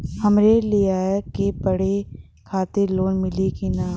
हमरे लयिका के पढ़े खातिर लोन मिलि का?